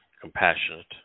compassionate